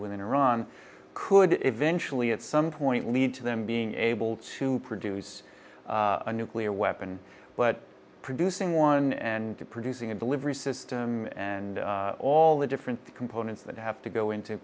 within iran could eventually at some point lead to them being able to produce a nuclear weapon but producing one and producing a delivery system and all the different components that have to go into